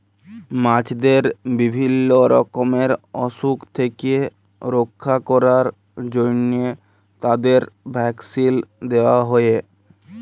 মাছদের বিভিল্য রকমের অসুখ থেক্যে রক্ষা ক্যরার জন্হে তাদের ভ্যাকসিল দেয়া হ্যয়ে